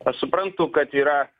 aš suprantu kad yra